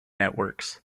networks